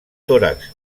tòrax